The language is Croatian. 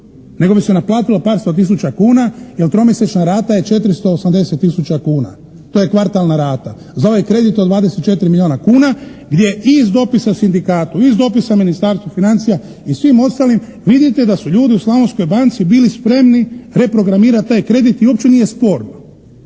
nego bi se naplatilo par sto tisuća kuna jer tromjesečna rata je 480 tisuća kuna. To je kvartalna rata. Za ovaj kredit od 24 milijuna kuna gdje je i iz dopisa sindikatu i iz dopisa Ministarstvu financija i svim ostalim, vidite da su ljudi u Slavonskoj banci bili spremni reprogramirati taj kredit i uopće nije sporno.